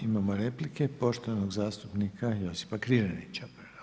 Imamo replike poštovanog zastupnika Josipa Križanića.